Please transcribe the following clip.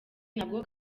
nabwo